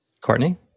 Courtney